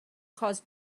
cause